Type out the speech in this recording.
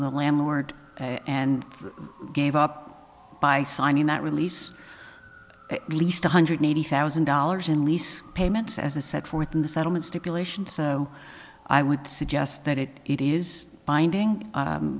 the landlord and gave up by signing that release at least one hundred eighty thousand dollars in lease payments as a set forth in the settlement stipulation so i would suggest that it it is binding